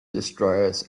destroyers